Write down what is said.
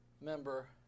member